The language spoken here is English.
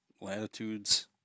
latitudes